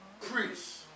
priest